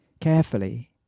carefully